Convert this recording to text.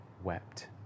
wept